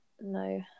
No